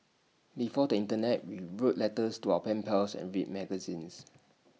before the Internet we wrote letters to our pen pals and read magazines